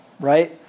Right